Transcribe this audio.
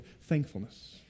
thankfulness